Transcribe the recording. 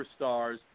superstars